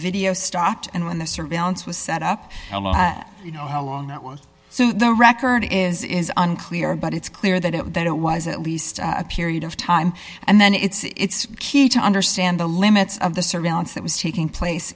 video stopped and when the surveillance was set up you know how long it was so the record is unclear but it's clear that it was that it was at least a period of time and then it's key to understand the limits of the surveillance that was taking place